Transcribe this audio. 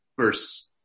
verse